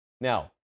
Now